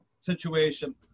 situation